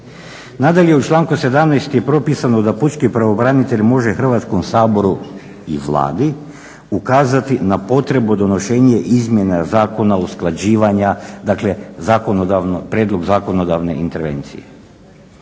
Nadalje, u članku 17. je propisano da "Pučki pravobranitelj može Hrvatskom saboru i Vladi ukazati na potrebu donošenje izmjena zakona usklađivanja", dakle prijedlog zakonodavne intervencije.